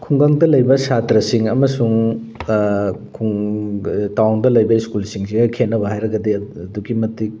ꯈꯨꯡꯒꯪꯗ ꯂꯩꯕ ꯁꯥꯇ꯭ꯔꯁꯤꯡ ꯑꯃꯁꯨꯡ ꯇꯥꯎꯟꯗ ꯂꯩꯕ ꯁ꯭ꯀꯨꯜꯁꯤꯡꯁꯤꯒ ꯈꯦꯠꯅꯕ ꯍꯥꯏꯔꯒꯗꯤ ꯑꯗꯨꯛꯀꯤ ꯃꯇꯤꯛ